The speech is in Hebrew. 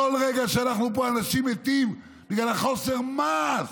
בכל רגע שאנחנו פה אנשים מתים בגלל חוסר המעש.